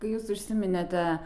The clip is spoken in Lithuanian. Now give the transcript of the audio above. kai jūs užsiminėte